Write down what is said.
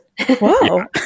Whoa